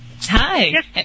Hi